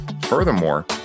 Furthermore